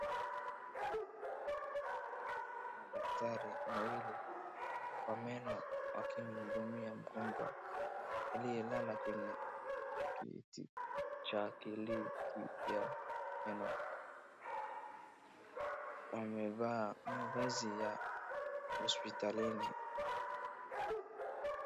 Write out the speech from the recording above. Kuna daktari wawili wa meno wakimhudumia mgonjwa aliyelala kwenye kiti cha kliniki ya meno. Wamevaa mavazi ya hosipitalini.